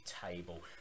table